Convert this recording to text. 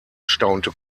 staunte